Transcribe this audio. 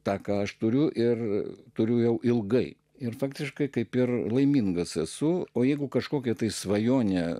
tą ką aš turiu ir turiu jau ilgai ir faktiškai kaip ir laimingas esu o jeigu kažkokia tai svajonė